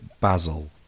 Basil